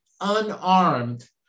unarmed